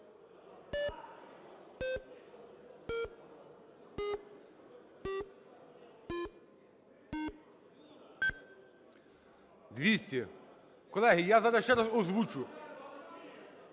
За-200 Колеги, я зараз ще раз озвучу.